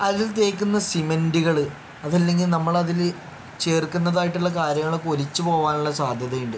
അതിൽ തേക്കുന്ന സിമെൻറുകൾ അത് അല്ലെങ്കിൽ നമ്മൾ അതിൽ ചേർക്കുന്നതായിട്ടുള്ള കാര്യങ്ങളൊക്കെ ഒലിച്ച് പോകാനുള്ള സാധ്യത ഉണ്ട്